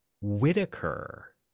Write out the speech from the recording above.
whitaker